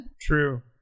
True